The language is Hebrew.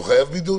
הוא חייב בידוד.